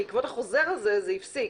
זה העניין, בעקבות החוזר הזה זה הפסיק.